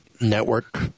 Network